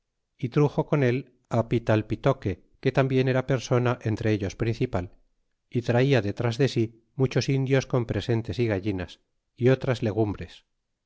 é truxo con él á pitalpitoque que tambien era persona entre ellos principal y traia detras de sí muchos indios con presen tes y gallinas y otras legumbres